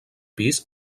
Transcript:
pis